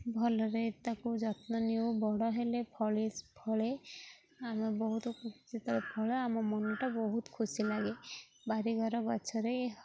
ଭଲରେ ତାକୁ ଯତ୍ନ ନିଅ ବଡ଼ ହେଲେ ଫଳି ଫଳେ ଆମେ ବହୁତ ଯେତେବେଳେ ଫଳ ଆମ ମନଟା ବହୁତ ଖୁସି ଲାଗେ ବାରିଘର ଗଛରେ